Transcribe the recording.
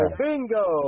bingo